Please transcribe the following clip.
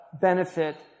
benefit